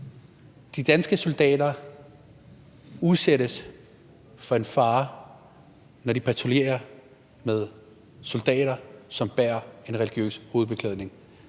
de danske soldater udsættes for fare, når de patruljerer med soldater, som bærer en religiøs hovedbeklædning?